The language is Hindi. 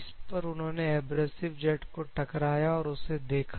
इस पर उन्होंने एब्रेसिव जेट को टकराया और उसे देखा